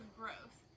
growth